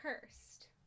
cursed